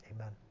amen